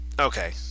Okay